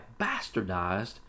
bastardized